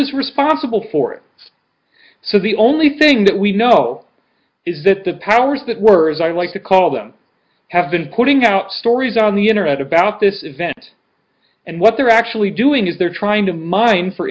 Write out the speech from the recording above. was responsible for it so the only thing that we know is that the powers that were as i like to call them have been putting out stories on the internet about this event and what they're actually doing is they're trying to mine for